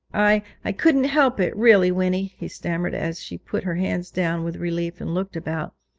i i couldn't help it, really, winnie he stammered, as she put her hands down with relief and looked about,